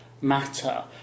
matter